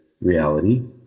reality